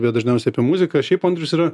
bet dažniausiai apie muziką šiaip andrius yra